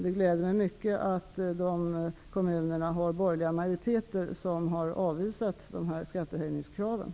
Det gläder mig dock att de kommuner som har avvisat skattehöjningskraven har borgerliga majoriteter.